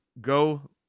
go